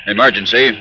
Emergency